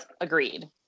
Agreed